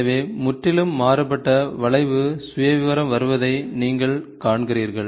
எனவே முற்றிலும் மாறுபட்ட வளைவு சுயவிவரம் வருவதை நீங்கள் காண்கிறீர்கள்